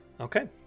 Okay